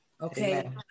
Okay